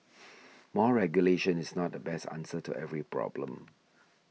more regulation is not the best answer to every problem